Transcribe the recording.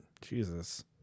Jesus